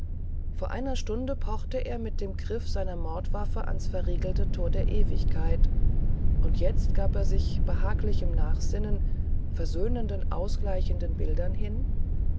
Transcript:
vor einer stunde pochte er mit dem griffe seiner mordwaffe an's verriegelte thor der ewigkeit und jetzt gab er sich behaglichem nachsinnen versöhnenden ausgleichenden bildern hin